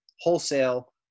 wholesale